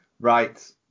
Right